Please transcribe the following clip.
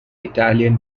italian